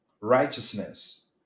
righteousness